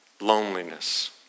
loneliness